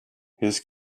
his